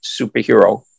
superhero